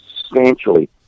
substantially